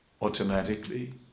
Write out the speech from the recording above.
automatically